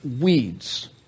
weeds